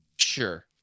Sure